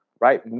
right